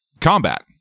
combat